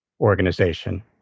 organization